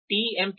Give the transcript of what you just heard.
TMTC